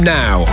now